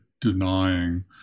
denying